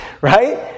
right